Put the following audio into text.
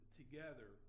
together